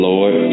Lord